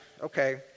okay